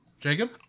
Jacob